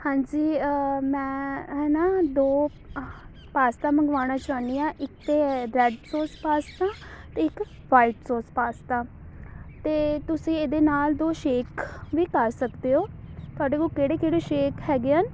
ਹਾਂਜੀ ਮੈਂ ਹੈ ਨਾ ਦੋ ਪਾਸਤਾ ਮੰਗਵਾਉਣਾ ਚਾਹੁੰਦੀ ਹਾਂ ਇੱਕ ਹੈ ਰੈੱਡ ਸੋਸ ਪਾਸਤਾ ਅਤੇ ਇੱਕ ਵਾਈਟ ਸੋਸ ਪਾਸਤਾ ਅਤੇ ਤੁਸੀਂ ਇਹਦੇ ਨਾਲ ਦੋ ਸ਼ੇਕ ਵੀ ਕਰ ਸਕਦੇ ਹੋ ਤੁਹਾਡੇ ਕੋਲ ਕਿਹੜੇ ਕਿਹੜੇ ਸ਼ੇਕ ਹੈਗੇ ਆ